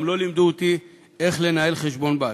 לא לימדו אותי איך לנהל חשבון בנק.